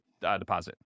deposit